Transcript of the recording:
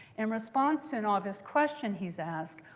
in response to an obvious question he's asked,